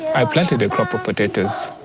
i planted a crop of potatoes.